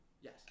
Yes